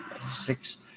Six